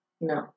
No